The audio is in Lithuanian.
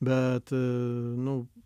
bet nu